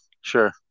Sure